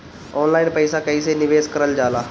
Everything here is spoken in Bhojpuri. ऑनलाइन पईसा कईसे निवेश करल जाला?